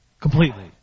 Completely